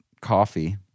coffee